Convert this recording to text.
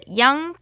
young